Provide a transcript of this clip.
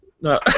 No